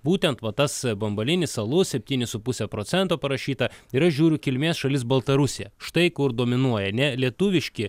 būtent va tas bambalinis alus septyni su puse procento parašyta ir aš žiūriu kilmės šalis baltarusija štai kur dominuoja ne lietuviški